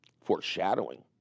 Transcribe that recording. Foreshadowing